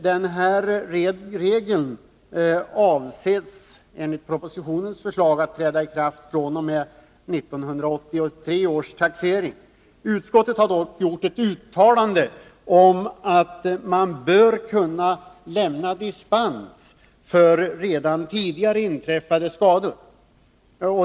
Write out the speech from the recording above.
Den här regeln avses enligt propositionens förslag träda i kraft fr.o.m. 1983 års taxering. Utskottet har dock gjort ett uttalande om att man bör kunna lämna dispens för redan tidigare inträffade skador.